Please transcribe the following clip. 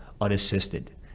unassisted